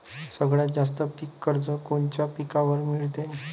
सगळ्यात जास्त पीक कर्ज कोनच्या पिकावर मिळते?